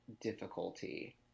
difficulty